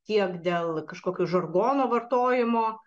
tiek dėl kažkokio žargono vartojimo